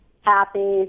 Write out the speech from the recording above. happy